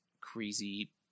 crazy